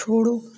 छोड़ो